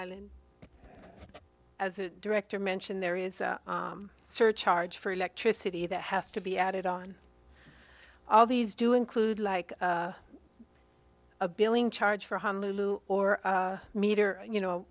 island as director mentioned there is a surcharge for electricity that has to be added on all these do include like a billing charge for honolulu or meter you know